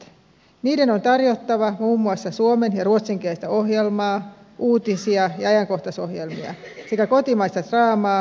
niiden on tarjottava muun muassa suomen ja ruotsinkielistä ohjelmaa uutisia ja ajankohtaisohjelmia sekä kotimaista draamaa ja dokumentteja